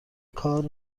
کار